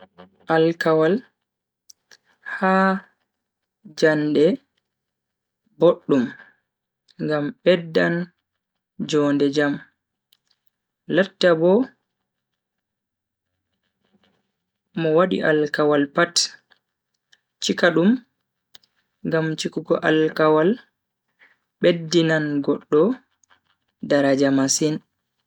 Alkawal ha jaande boddum ngam beddan jonde jam. latta bo mo wadi alkawal pat, chika dum ngam chikugo alkawal beddinan goddo daraja masin.